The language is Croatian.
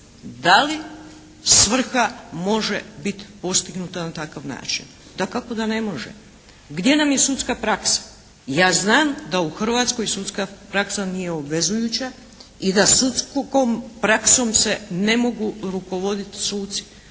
Da li svrha može biti postignuta na takav način? Dakako da ne može. Gdje nam je sudska praksa? Ja znam da u Hrvatskoj sudska praksa nije obvezujuća i da sudskom praksom se ne mogu rukovoditi suci.